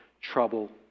trouble